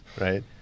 right